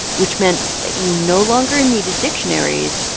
which meant that you no longer needed dictionaries.